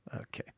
Okay